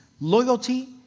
Loyalty